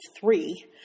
three